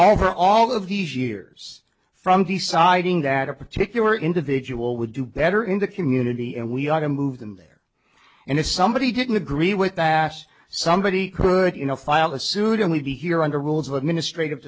over all of these years from deciding that a particular individual would do better in the community and we ought to move them there and if somebody didn't agree with that somebody could you know file a suit and we'd be here under rules of administr